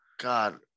God